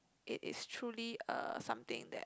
it is truly uh something that